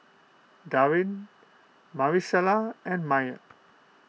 Darin Marisela and Maye